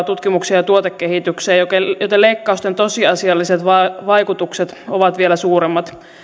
euroa tutkimukseen ja tuotekehitykseen joten joten leikkausten tosiasialliset vaikutukset ovat vielä suuremmat